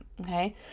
okay